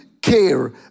care